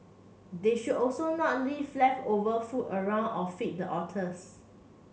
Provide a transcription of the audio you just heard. they should also not leave leftover food around or feed the otters